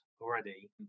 already